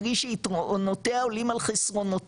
קרי שיתרונותיה עולים על חסרונותיה.